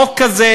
חוק כזה